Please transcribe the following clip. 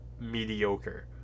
mediocre